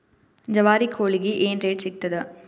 ಜವಾರಿ ಕೋಳಿಗಿ ಏನ್ ರೇಟ್ ಸಿಗ್ತದ?